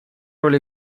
роль